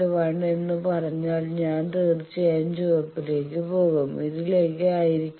1 എന്ന് പറഞ്ഞാൽ ഞാൻ തീർച്ചയായും ചുവപ്പിലേക്ക് പോകും ഇതിലേക്ക് ആയിരിക്കില്ല